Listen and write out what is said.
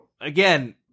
again